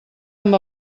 amb